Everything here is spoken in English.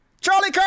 Charlie